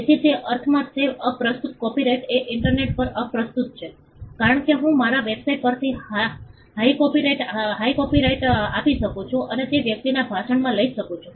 તેથી તે અર્થમાં તે અપ્રસ્તુત કોપિરાઇટ એ ઇન્ટરનેટ પર અપ્રસ્તુત છે કારણ કે હું મારી વેબસાઇટ પરથી હાયપરલિંક આપી શકું છું અને તે વ્યક્તિના ભાષણમાં લઈ શકું છું